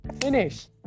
finish